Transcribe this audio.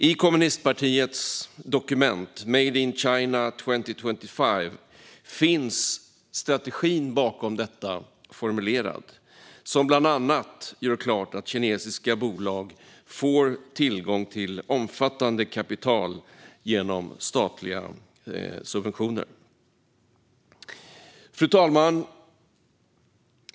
I kommunistpartiets dokument Made in China 202 5 finns strategin bakom detta formulerad, som bland annat gör klart att kinesiska bolag får tillgång till omfattande kapital genom statliga subventioner. Fru talman!